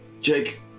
Jake